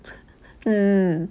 mm